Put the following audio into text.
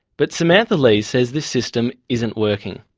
but samantha lee says this system isn't working.